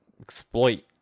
exploit